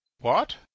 What